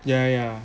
yeah yeah